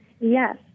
Yes